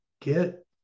get